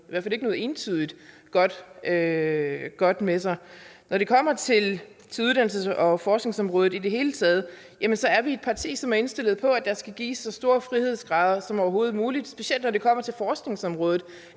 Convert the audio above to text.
ikke har ført noget entydigt godt med sig. Når det kommer til uddannelses- og forskningsområdet i det hele taget, er vi et parti, som er indstillet på, at der skal gives så store frihedsgrader som overhovedet muligt, specielt når det kommer til forskningsområdet.